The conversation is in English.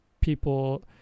people